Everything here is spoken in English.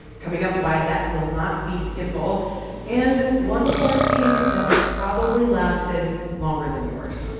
coming up, why that will not be simple and one quarantine that has probably lasted longer than yours.